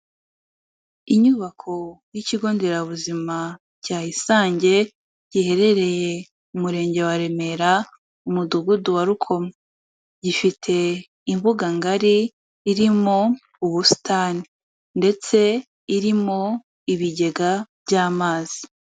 Inyubako y'ikigo nderabuzima cya Isange, giherereye mu Murenge wa Remera, umudugudu wa Rukomo. Gifite imbuganga ngari irimo ubusitani ndetse irimo ibigega by'amazi.